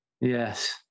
Yes